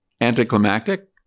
anticlimactic